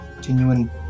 genuine